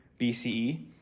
BCE